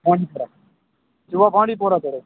بانڈی پورا بانڈی پورا پٮ۪ٹھ حظ